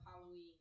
Halloween